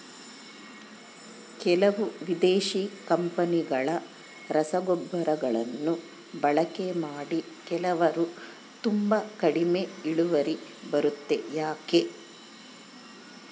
ಕೆಲವು ವಿದೇಶಿ ಕಂಪನಿಗಳ ರಸಗೊಬ್ಬರಗಳನ್ನು ಬಳಕೆ ಮಾಡಿ ಕೆಲವರು ತುಂಬಾ ಕಡಿಮೆ ಇಳುವರಿ ಬರುತ್ತೆ ಯಾಕೆ?